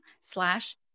slash